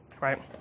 right